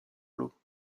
lots